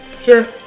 Sure